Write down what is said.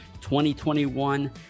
2021